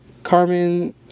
Carmen